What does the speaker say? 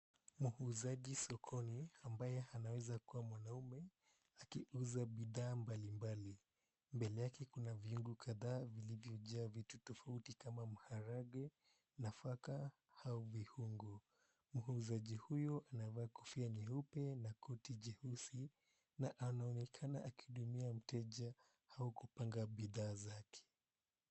Muuzaji sokoni ambaye anaweza kuwa mwanaume akiuza bidhaa mbalimbali mbele yake kuna viungo kadhaa iliyojaa vitu tofauti kama maharage, nafaka au viungo, muuzaji huyu amevaa kofia nyeupe na koti jeusi na anaonekana akihudumia mteja au kupanga bidhaa zake.